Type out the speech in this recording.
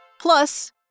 Plus